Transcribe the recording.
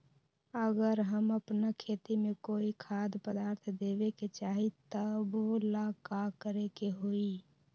अगर हम अपना खेती में कोइ खाद्य पदार्थ देबे के चाही त वो ला का करे के होई?